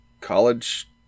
College